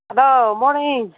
hello morning